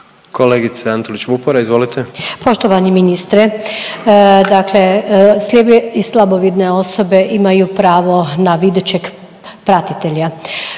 izvolite. **Antolić Vupora, Barbara (SDP)** Poštovani ministre, dakle slijepe i slabovidne osobe imaju pravo na videćeg pratitelja.